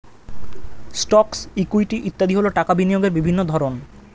stocks, equity ইত্যাদি হল টাকা বিনিয়োগের বিভিন্ন ধরন